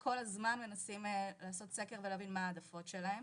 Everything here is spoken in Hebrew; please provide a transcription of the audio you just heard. וכל הזמן מנסים לעשות סקר ולהבין מה ההעדפות שלהם.